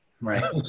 Right